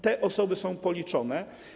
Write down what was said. Te osoby są policzone.